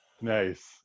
nice